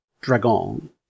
dragon